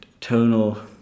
tonal